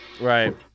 right